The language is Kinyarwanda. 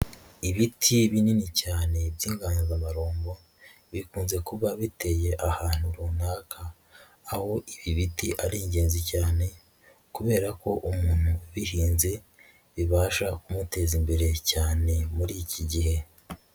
Ibiti binini cyane by'inganzamarumbo bikunze kuba biteye ahantu runaka, aho ibi biti ari ingenzi cyane kubera ko umuntu ubihinze, bibasha kumuteza imbere cyane muri iki gihe.